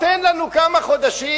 תן לנו כמה חודשים,